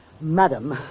Madam